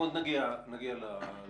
אנחנו עוד נגיע לדיון הזה.